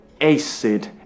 acid